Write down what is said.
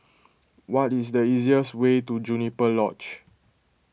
what is the easiest way to Juniper Lodge